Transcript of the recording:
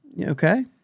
Okay